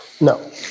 no